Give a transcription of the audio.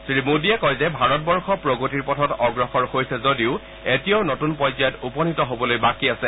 শ্ৰী মোদীয়ে কয় যে ভাৰতবৰ্ষ প্ৰগতিৰ পথত অগ্ৰসৰ হৈছে যদিও এতিয়াও নতুন পৰ্যায়ত উপনীত হবলৈ বাকী আছে